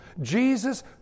Jesus